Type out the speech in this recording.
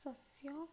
ଶସ୍ୟ